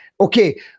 okay